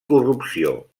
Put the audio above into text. corrupció